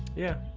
yeah